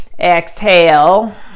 exhale